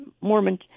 Mormon